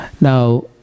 Now